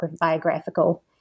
biographical